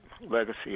Legacy